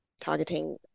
targeting